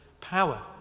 power